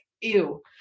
ew